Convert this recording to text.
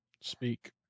Speak